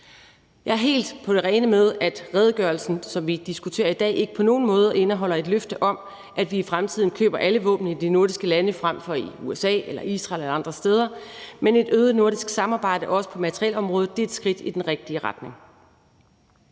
Jeg er helt på det rene med, at redegørelsen, som vi diskuterer i dag, ikke på nogen måde indeholder et løfte om, at vi i fremtiden køber alle våben i de nordiske lande frem for i USA eller Israel eller andre steder, men et øget nordisk samarbejde, også på materielområdet, er et skridt i den rigtige retning.